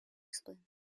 explain